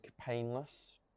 painless